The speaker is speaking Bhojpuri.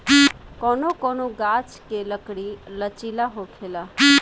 कौनो कौनो गाच्छ के लकड़ी लचीला होखेला